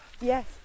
yes